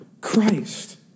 Christ